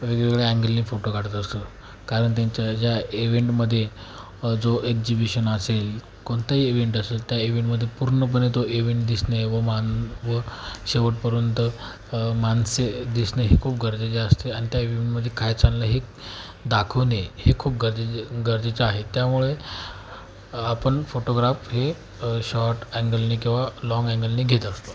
वेगवेगळ्या अँगलने फोटो काढत असतो कारण त्यांच्या ज्या ईव्हेंटमध्ये जो एक्जिबिशन असेल कोणताही इव्हेंट असेल त्या इव्हेंटमध्ये पूर्णपणे तो ईव्हेंट दिसणे व मान व शेवटपर्यंत माणसे दिसणे हे खूप गरजेचे असते आणि त्या इव्हेंटमध्ये काय चाललं आहे हे दाखवणे हे खूप गरजेचे गरजेचे आहे त्यामुळे आपण फोटोग्राफ हे शॉर्ट अँगलने किंवा लाँग अँगलने घेत असतो